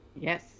Yes